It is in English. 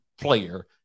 player